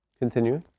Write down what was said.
Continue